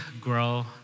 grow